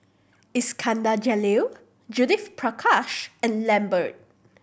Iskandar Jalil Judith Prakash and Lambert